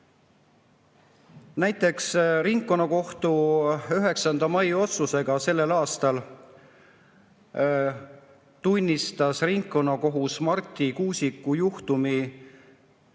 Näiteks ringkonnakohtu 9. mai otsusega sellel aastal tunnistas ringkonnakohus Marti Kuusiku juhtumis